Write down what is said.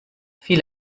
viel